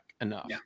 enough